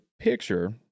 picture